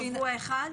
שבוע אחד?